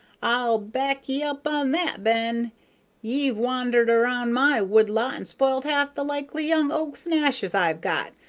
i'll back ye up on that, ben ye've wandered around my wood-lot and spoilt half the likely young oaks and ashes i've got,